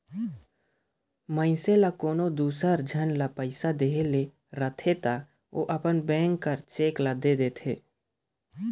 मइनसे ल कोनो दूसर झन ल पइसा देहे ले रहथे ता ओ अपन बेंक कर चेक ल दे देथे